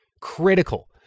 critical